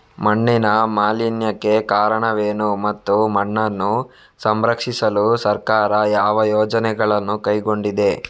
ಮಣ್ಣಿನ ಮಾಲಿನ್ಯಕ್ಕೆ ಕಾರಣವೇನು ಮತ್ತು ಮಣ್ಣನ್ನು ಸಂರಕ್ಷಿಸಲು ಸರ್ಕಾರ ಯಾವ ಯೋಜನೆಗಳನ್ನು ಕೈಗೊಂಡಿದೆ?